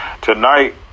tonight